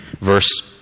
verse